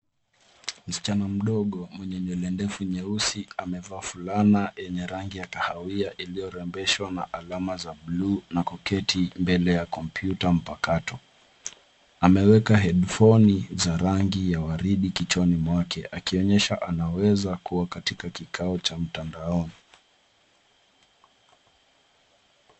Msichana mdogo mwenye nywele ndefu nyeusi amevaa fulana yenye rangi ya kahawia iliyorembeshwa na alama za bluu na kuketi mbele ya kompyuta mpakato. Ameweka headfoni za rangi ya waridi kichwani mwake akionyesha anaweza kuwa katika kikao wa mtandaoni.